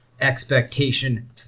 expectation